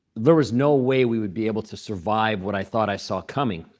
there was no way we would be able to survive what i thought i saw coming.